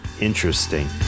interesting